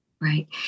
Right